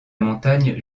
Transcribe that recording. montagne